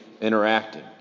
interacting